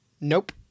Nope